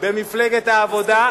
ממפלגת העבודה.